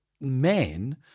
men